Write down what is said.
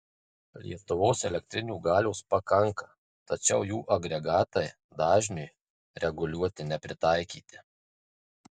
lietuvos elektrinių galios pakanka tačiau jų agregatai dažniui reguliuoti nepritaikyti